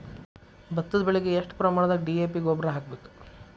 ಭತ್ತದ ಬೆಳಿಗೆ ಎಷ್ಟ ಪ್ರಮಾಣದಾಗ ಡಿ.ಎ.ಪಿ ಗೊಬ್ಬರ ಹಾಕ್ಬೇಕ?